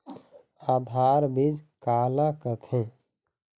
आधार बीज का ला कथें?